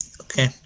Okay